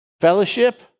fellowship